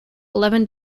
eleven